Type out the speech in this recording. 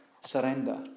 surrender